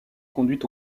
conduit